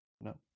no